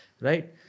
Right